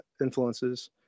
influences